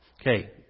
Okay